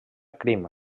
crim